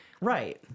Right